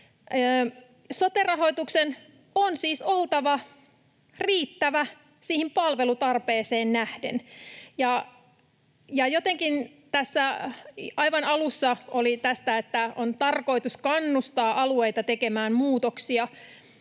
Sote-rahoituksen on siis oltava riittävä siihen palvelutarpeeseen nähden. Ja jotenkin tässä aivan alussa oli tästä, että on tarkoitus ”kannustaa alueita tekemään muutoksia”.